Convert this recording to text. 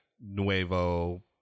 Nuevo